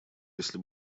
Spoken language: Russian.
если